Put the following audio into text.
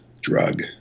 drug